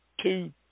two